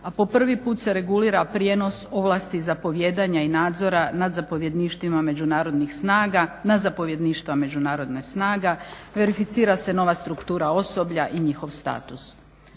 a po prvi put se regulira prijenos ovlasti zapovijedanja i nadzora nad zapovjedništvima međunarodnih snaga na zapovjedništva međunarodnih snaga, verificira se nova struktura osoblja i njihov status.